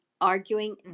arguing